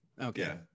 Okay